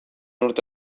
urte